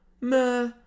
meh